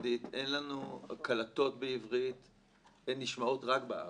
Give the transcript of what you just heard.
אנחנו מנגישים מידע של הכנסת.